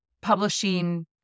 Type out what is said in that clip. publishing